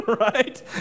right